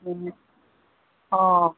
অঁ